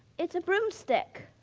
it's a broomstick.